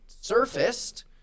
surfaced